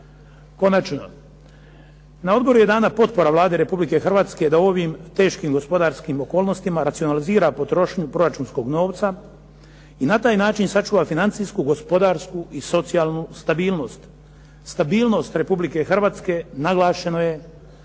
Konačno, na odboru je dana potpora Vladi Republike Hrvatske da u ovim teškim gospodarskim okolnostima racionalizira potrošnju proračunskog novca i na taj način sačuva, financijsku, gospodarsku i socijalnu stabilnost. Stabilnost Republike Hrvatske naglašeno je